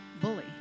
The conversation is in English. bully